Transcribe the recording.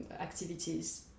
activities